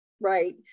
Right